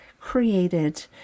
created